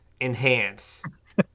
enhance